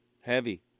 Heavy